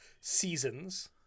seasons